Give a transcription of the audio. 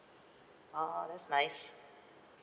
ah that's nice